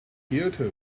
kyoto